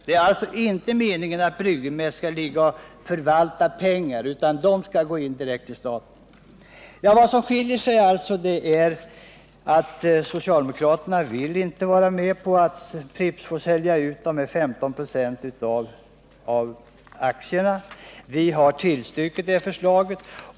Det är alltså inte meningen att Brygginvest skall förvalta pengarna, utan dessa skall gå direkt in till statskassan. Nr 60 Vad som skiljer oss är alltså att socialdemokraterna inte vill vara med om Tisdagen den att sälja ut 15 96 av aktierna, medan vi har tillstyrkt det förslaget.